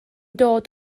dod